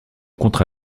contre